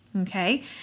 okay